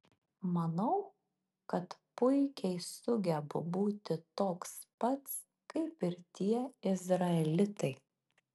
manau kad puikiai sugebu būti toks pats kaip ir tie izraelitai